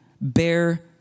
bear